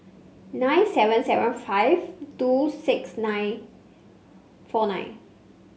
nine seven seven five two six nine four nine